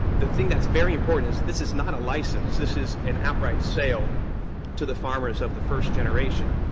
the thing that's very important is this is not a license, this is an outright sale to the farmers of the first generation.